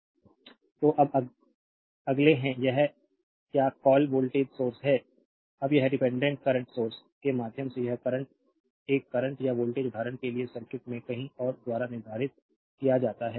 slide time देखें 1556 तो अब अगले है यह क्या कॉल वोल्टेज सोर्स है अब एक डिपेंडेंट करंट सोर्स के माध्यम से बह करंट एक करंट या वोल्टेज उदाहरण के लिए सर्किट में कहीं और द्वारा निर्धारित किया जाता है